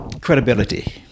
credibility